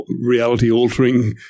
reality-altering